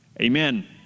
amen